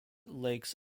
lakes